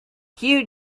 you